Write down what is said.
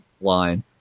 line